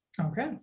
Okay